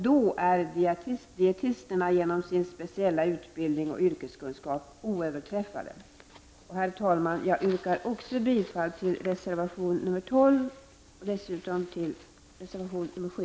Då är dietisterna genom sin speciella utbildning och yrkeskunskap oöverträffade. Herr talman! Jag yrkar också bifall till reservation 12 och dessutom till reservation 7.